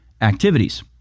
activities